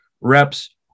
reps